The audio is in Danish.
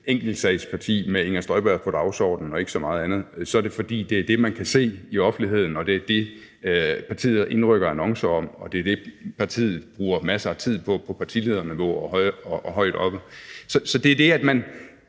enkeltsagsparti med Inger Støjberg på dagsordenen og ikke så meget andet, er det, fordi det er det, man kan se i offentligheden, det er det, partiet indrykker annoncer om, og det er det, partiet bruger masser af tid på på partilederniveau og højt op i partiet. Så det er det, at man